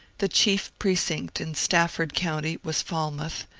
the chief precinct in stafford county was falmouth,